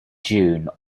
june